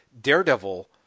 Daredevil